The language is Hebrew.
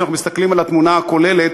כשאנחנו מסתכלים על התמונה הכוללת,